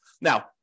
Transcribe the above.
Now